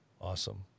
Awesome